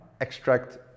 extract